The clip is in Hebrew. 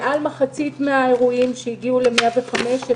מעל מחצית מן האירועים שהגיעו ל-105 הם